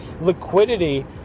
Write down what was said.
Liquidity